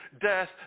death